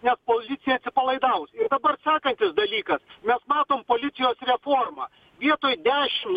nes policija atsipalaidavus ir dabar sekantis dalykas mes matom policijos reformą vietoj dešim